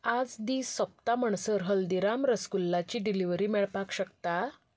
आयज दीस सोंपता म्हणसर हल्दिराम्स रसगुल्लाची डिलिव्हरी मेळपाक शकता